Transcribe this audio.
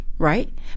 Right